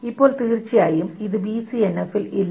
ഇപ്പോൾ തീർച്ചയായും ഇത് BCNF ൽ ഇല്ല